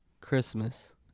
Christmas